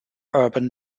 urban